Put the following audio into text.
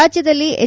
ರಾಜ್ಯದಲ್ಲಿ ಎಚ್